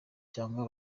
cyangwa